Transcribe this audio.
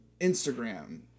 Instagram